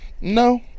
No